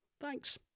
Thanks